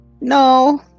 No